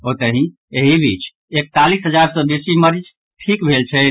ओतहि एहि बीच एकतालीस हजार सॅ बेसी मरीज ठीक भेल छथि